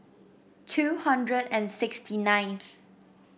two hundred and sixty ninth